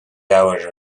leabhair